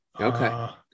Okay